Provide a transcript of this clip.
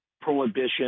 prohibition